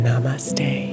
Namaste